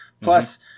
Plus